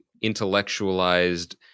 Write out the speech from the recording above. intellectualized